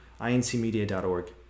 incmedia.org